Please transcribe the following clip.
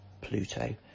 Pluto